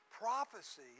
prophecy